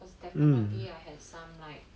cause definitely I'll have some like